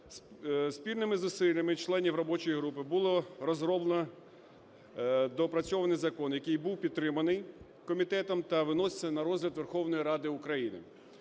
Спільними зусиллями членів робочої групи було розроблено… доопрацьовано закон, який був підтриманий комітетом та виноситься на розгляд Верховної Ради України.